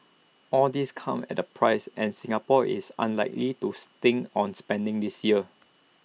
all this comes at A price and Singapore is unlikely to stint on spending this year